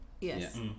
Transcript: yes